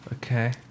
Okay